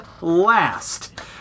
Last